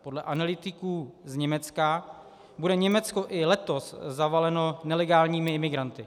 Podle analytiků z Německa bude Německo i letos zavaleno nelegálními imigranty.